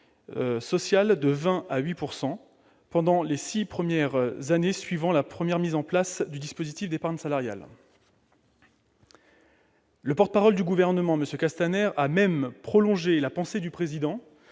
de 20 % à 8 % pendant les six premières années suivant la première mise en place d'un dispositif d'épargne salariale. Le porte-parole du Gouvernement, M. Castaner, a même prolongé la pensée du Président,